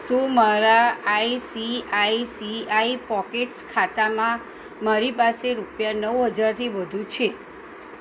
શું મારા ICICI Pockets ખાતામાં મારી પાસે રૂપિયા નવ હજારથી વધુ છે